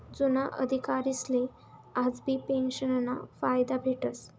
जुना अधिकारीसले आजबी पेंशनना फायदा भेटस